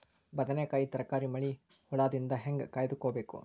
ಬದನೆಕಾಯಿ ತರಕಾರಿ ಮಳಿ ಹುಳಾದಿಂದ ಹೇಂಗ ಕಾಯ್ದುಕೊಬೇಕು?